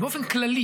באופן כללי